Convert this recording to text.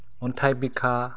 अन्थाय बिखा